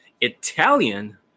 Italian